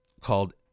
called